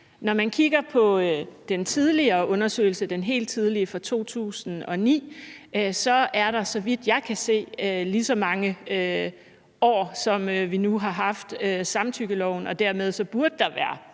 Når man kigger på den tidligere undersøgelse, den helt tidlige fra 2009, er der, så vidt jeg kan se, gået lige så mange år, som vi nu har haft samtykkeloven, og dermed burde der være